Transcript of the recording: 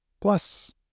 plus